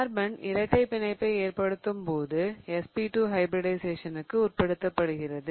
carbon இரட்டை பிணைப்பை ஏற்படுத்தும் போது sp2 ஹைபிரிடிஷயேசனிற்கு உட்படுகிறது